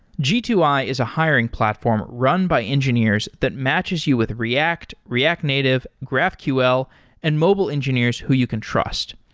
g two i is a hiring platform run by engineers that matches you with react, react native, graphql and mobile engineers who you can trust.